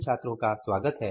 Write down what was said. छात्रों का स्वागत है